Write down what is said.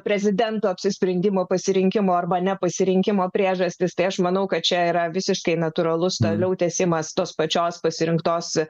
prezidento apsisprendimo pasirinkimo arba nepasirinkimo priežastys tai aš manau kad čia yra visiškai natūralus toliau tęsimas tos pačios pasirinktos